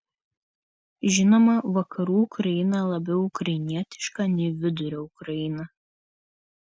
žinoma vakarų ukraina labiau ukrainietiška nei vidurio ukraina